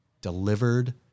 delivered